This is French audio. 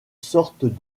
sortent